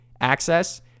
access